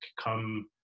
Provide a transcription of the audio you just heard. come